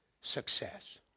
success